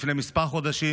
לפני כמה חודשים,